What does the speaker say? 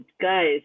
guys